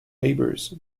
labours